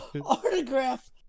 autograph